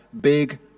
big